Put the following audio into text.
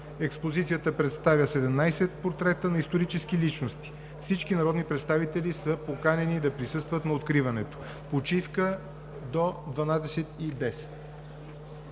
Експозицията представя 17 портрета на исторически личности. Всички народни представители са поканени да присъстват на откриването. Почивка до 12,10